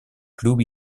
club